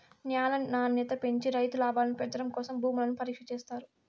న్యాల నాణ్యత పెంచి రైతు లాభాలను పెంచడం కోసం భూములను పరీక్ష చేత్తారు